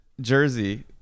jersey